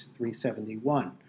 371